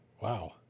Wow